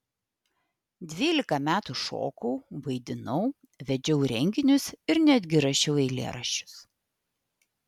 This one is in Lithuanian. dvylika metų šokau vaidinau vedžiau renginius ir netgi rašiau eilėraščius